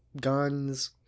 guns